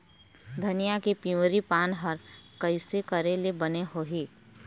धनिया के पिवरी पान हर कइसे करेले बने होही?